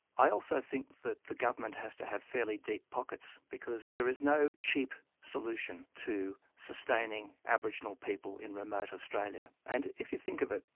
i also think that the government has to have fairly deep pockets, because there is no cheap solution to sustaining aboriginal people in remote australia. and if you think of it,